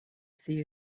see